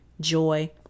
joy